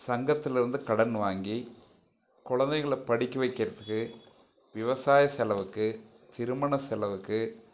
சங்கத்தில் இருந்து கடன் வாங்கி குழந்தைங்களை படிக்க வைக்கிறதுக்கு விவசாய செலவுக்கு திருமண செலவுக்கு